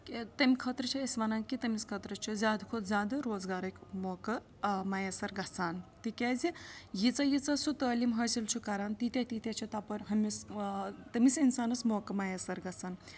کہِ تَمہِ خٲطرٕ چھِ أسۍ وَنان کہِ تٔمِس خٲطرٕ چھُ زیادٕ کھۄتہٕ زیادٕ روزگارٕکۍ موقعہٕ میسر گژھان تِکیٛازِ ییٖژاہ ییٖژاہ سُہ تٲلیٖم حٲصِل چھُ کَران تیٖتیٛاہ تیٖتیٛاہ چھِ تَپٲرۍ ہُمِس تٔمِس اِنسانَس موقعہٕ میسر گژھان